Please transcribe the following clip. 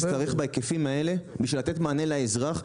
כדי לתת מענה לאזרח,